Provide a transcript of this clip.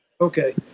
Okay